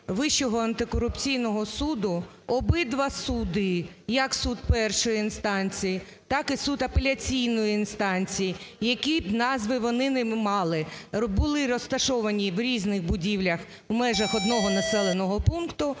Вищого антикорупційного суду обидва суди, як суд першої інстанції, так і суд апеляційної інстанції, які б назви вони не мали, були розташовані в різних будівлях в межах одного населеного пункту,